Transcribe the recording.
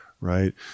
right